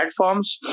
platforms